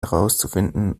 herauszufinden